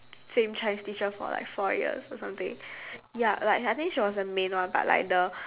same chinese teacher for like four years or something ya like I think she was the main one but like the